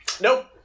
Nope